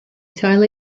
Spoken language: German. teile